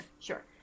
sure